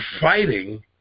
fighting